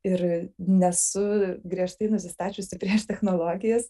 ir nesu griežtai nusistačiusi prieš technologijas